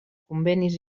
convenis